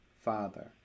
Father